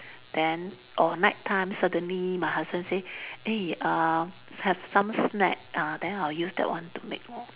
then or night time suddenly my husband say eh uh have some snack ah then I'll use that one to make lor